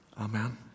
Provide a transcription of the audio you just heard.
Amen